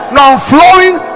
non-flowing